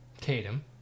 Tatum